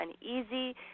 uneasy